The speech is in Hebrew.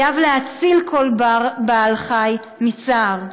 חייב להציל כל בעל-חי מצער".